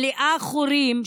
מלאה חורים,